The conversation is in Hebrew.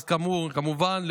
כמובן,